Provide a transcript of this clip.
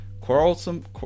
Quarrelsome